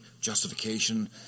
justification